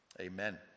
Amen